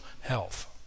health